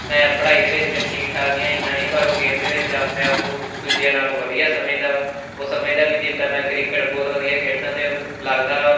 ਮੈਂ ਪੜ੍ਹਾਈ ਦੇ ਵਿੱਚ ਤਾਂ ਠੀਕ ਠਾਕ ਹੀ ਹਾਂ ਇੰਨਾ ਨਹੀਂ ਪਰ ਉਹ ਗੇਮ ਦੇ ਵਿੱਚ ਆਪਣੇ ਆਪ ਨੂੰ ਦੂਜਿਆਂ ਨਾਲੋਂ ਵਧੀਆ ਸਮਝਦਾ ਵਾ ਉਹ ਸਮਝਦਾ ਵੀ ਜਿੱਦਾਂ ਮੈਂ ਕ੍ਰਿਕਟ ਬਹੁਤ ਵਧੀਆ ਖੇਡਦਾ ਅਤੇ ਉਹਨੂੰ ਲੱਗਦਾ ਵਾ